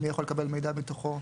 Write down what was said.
מי יכול לקבל מידע בתוכו?